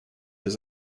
his